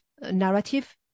narrative